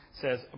says